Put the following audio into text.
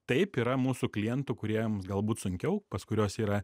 taip yra mūsų klientų kuriems galbūt sunkiau pas kuriuos yra